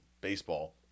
baseball